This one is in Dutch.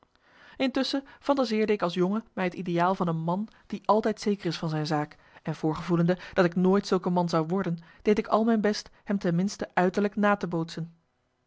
intusschen fantaseerde ik als jongen mij het ideaal van een man die altijd zeker is van zijn zaak en marcellus emants een nagelaten bekentenis voorgevoelende dat ik nooit zulk een man zou worden deed ik al mijn best hem ten minste uiterlijk na te bootsen